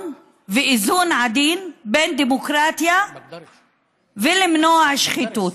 ואיזון עדין בין דמוקרטיה ולמנוע שחיתות.